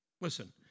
Listen